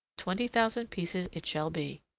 twenty thousand pieces it shall be.